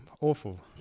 Awful